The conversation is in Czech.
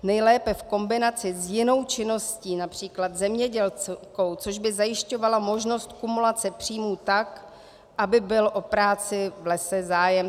Nejlépe v kombinaci s jinou činností, například zemědělskou, což by zajišťovalo možnost kumulace příjmů tak, aby byl o práci v lese zájem.